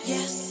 Yes